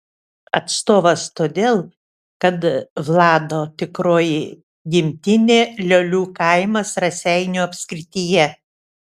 atstovas todėl kad vlado tikroji gimtinė liolių kaimas raseinių apskrityje